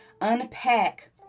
unpack